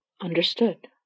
understood